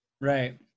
Right